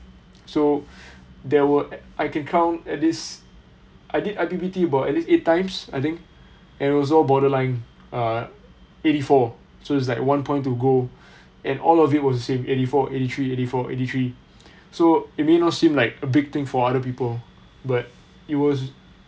so there were I can count at least I did I_P_P_T about at least eight times I think and also borderline uh eighty four so it's like one point to gold and all of it was the same eighty four eighty three eighty four eighty three so it may not seem like a big thing for other people but it was